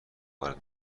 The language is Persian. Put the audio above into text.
وارد